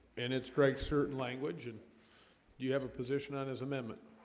and it's great certain language, and do you have a position on his amendment?